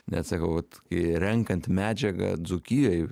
net sakau vat kai renkant medžiagą dzūkijoj